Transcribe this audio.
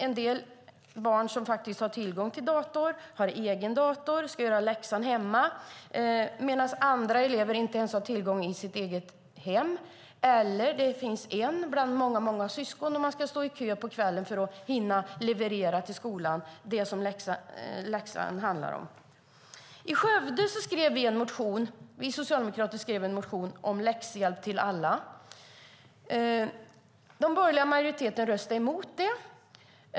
En del barn som har tillgång till dator har egen dator och kan göra läxan hemma medan andra elever inte ens har tillgång till dator i sitt eget hem eller har en dator bland många syskon som ska stå i kö på kvällen för att kunna hinna leverera till skolan det läxan handlar om. I Skövde skrev vi socialdemokrater en motion om läxhjälp till alla. Den borgerliga majoriteten röstade emot det.